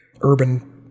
urban